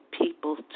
people